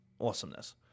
awesomeness